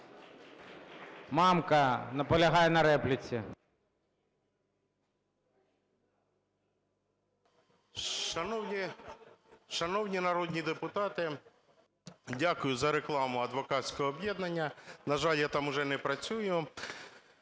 Мамка наполягає на репліці..